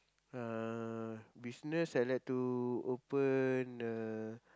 uh business I like to open a